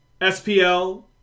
SPL